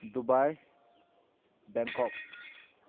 Dubai Bangkok